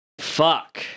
fuck